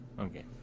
Okay